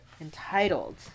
entitled